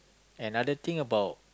another thing about